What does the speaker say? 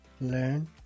learn